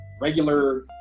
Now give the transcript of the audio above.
regular